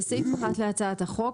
בסעיף 1 להצעת החוק,